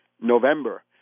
November